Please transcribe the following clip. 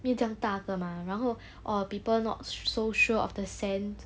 没有这样大个嘛然后 or people not so sure of the scent